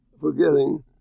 forgetting